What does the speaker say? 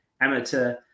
amateur